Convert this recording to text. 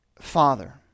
Father